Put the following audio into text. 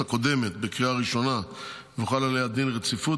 הקודמת בקריאה הראשונה והוחל עליה דין רציפות,